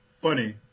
funny